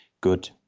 good